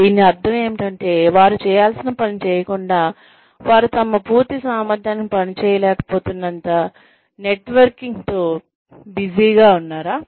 దీని అర్థం ఏమిటంటే వారు చేయాల్సిన పని చేయకుండా వారు తమ పూర్తి సామర్థ్యానికి పని చేయలేకపోతున్నంత నెట్వర్కింగ్ తో బిజీగా ఉన్నారా